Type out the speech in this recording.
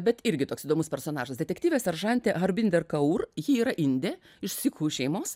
bet irgi toks įdomus personažas detektyvė seržantė harbinder kour ji yra indė iš sikų šeimos